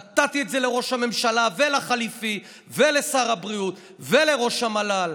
נתתי את זה לראש הממשלה ולחליפי ולשר הבריאות ולראש המל"ל.